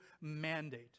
mandate